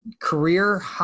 Career